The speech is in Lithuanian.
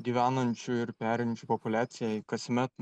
gyvenančių ir perinčių populiacijai kasmet